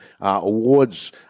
awards